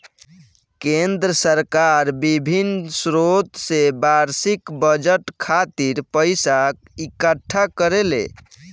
केंद्र सरकार बिभिन्न स्रोत से बार्षिक बजट खातिर पइसा इकट्ठा करेले